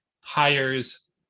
hires